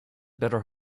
better